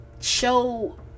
show